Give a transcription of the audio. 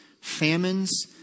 famines